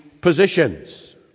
positions